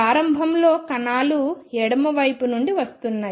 ప్రారంభంలో కణాలు ఎడమవైపు నుండి వస్తున్నాయి